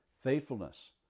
faithfulness